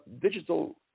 digital